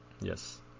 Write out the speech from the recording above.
yes